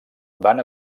van